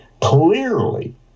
Clearly